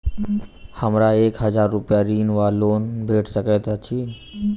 हमरा एक हजार रूपया ऋण वा लोन भेट सकैत अछि?